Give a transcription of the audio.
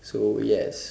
so yes